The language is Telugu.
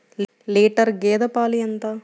లీటర్ గేదె పాలు ఎంత?